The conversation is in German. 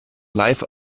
live